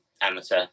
amateur